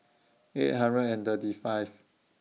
eight hundred and thirty five